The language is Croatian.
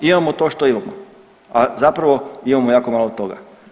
Imamo to što imamo, a zapravo imam jako malo toga.